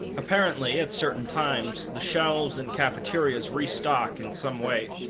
apparently at certain times, the shelves and cafeterias restock in some way,